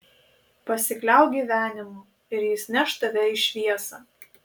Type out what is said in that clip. pasikliauk gyvenimu ir jis neš tave į šviesą